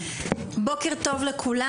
בוקר טוב לכולם.